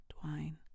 Twine